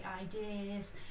ideas